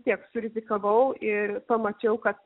tiek surizikavau i pamačiau kad